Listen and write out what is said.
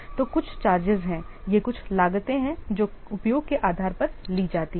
तो कुछ चार्जेस हैं ये कुछ लागतें हैं जो उपयोग के आधार पर ली जाती हैं